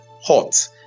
hot